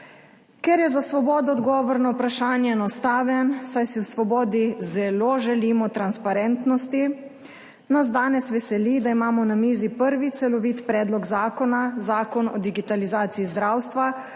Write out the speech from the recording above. Ker je za Svobodo odgovor na vprašanje enostaven, saj si v svobodi zelo želimo transparentnosti, nas danes veseli, da imamo na mizi prvi celovit predlog zakona, Zakon o digitalizaciji zdravstva,